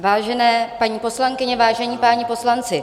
Vážené paní poslankyně, vážení páni poslanci.